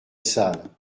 salle